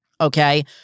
Okay